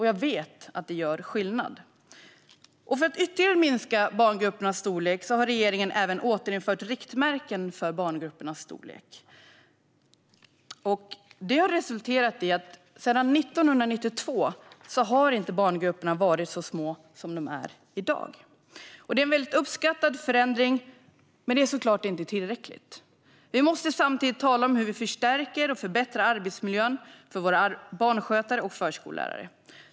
Jag vet att det gör skillnad. För att ytterligare minska barngruppernas storlek har regeringen även återinfört riktmärken för gruppernas storlek. Det har resulterat i att sedan 1992 har barngrupperna inte varit så små som de är i dag. Det är en väldigt uppskattad förändring, men det är såklart inte tillräckligt. Vi måste samtidigt tala om hur vi förstärker och förbättrar arbetsmiljön för barnskötare och förskollärare.